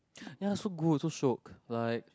ya so good so shiok like